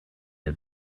had